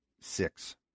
six